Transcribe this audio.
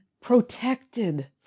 protected